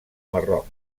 marroc